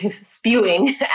spewing